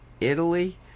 Italy